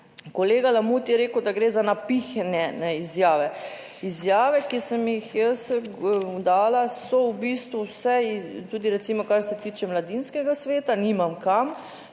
kolega Lamut je rekel, da gre za napihnjene izjave. Izjave, ki sem jih jaz dala, so v bistvu saj, recimo, kar se tiče Mladinskega sveta, nimam kam,